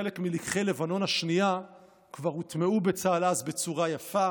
חלק מלקחי לבנון השנייה כבר הוטמעו בצה"ל אז בצורה יפה.